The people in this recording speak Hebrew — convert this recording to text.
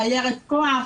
סיירת כוח,